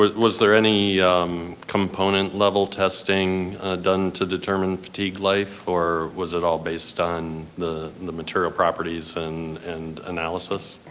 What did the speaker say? was there any component level testing done to determine fatigue life, or was it all based on the and the material properties and and analysis?